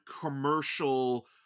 commercial